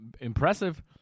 impressive